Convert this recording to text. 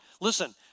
Listen